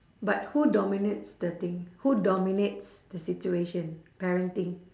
but who dominates the thing who dominates the situation parenting